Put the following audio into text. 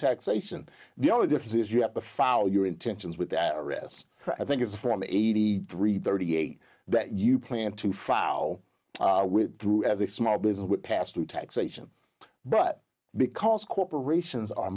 taxation the only difference is you have to file your intentions with that wrist i think it's from eighty three thirty eight that you plan to file with through as a small business would pass through taxation but because corporations are